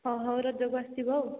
ହେଉ ରଜକୁ ଆସିବ ଆଉ